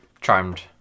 charmed